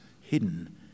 hidden